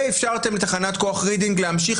ואפשרתם לתחנת הכוח רידינג להמשיך